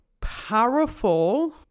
powerful